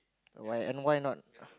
why and why not